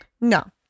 no